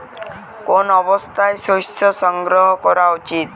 কোন অবস্থায় শস্য সংগ্রহ করা উচিৎ?